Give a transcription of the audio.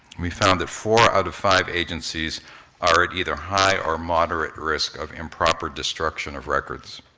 we found that four out of five agencies are at either high or moderate risk of improper destruction of records.